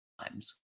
times